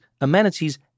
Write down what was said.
amenities